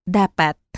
dapat